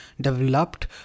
developed